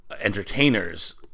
entertainers